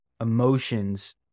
emotions